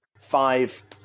five